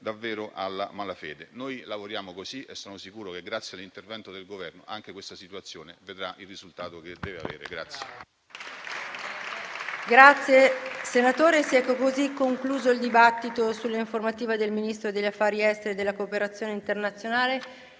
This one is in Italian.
davvero alla malafede. Noi lavoriamo così. E siamo sicuri che, grazie all'intervento del Governo, anche questa situazione avrà il risultato che deve avere.